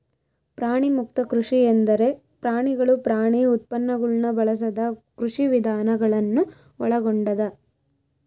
ಪ್ರಾಣಿಮುಕ್ತ ಕೃಷಿ ಎಂದರೆ ಪ್ರಾಣಿಗಳು ಪ್ರಾಣಿ ಉತ್ಪನ್ನಗುಳ್ನ ಬಳಸದ ಕೃಷಿವಿಧಾನ ಗಳನ್ನು ಒಳಗೊಂಡದ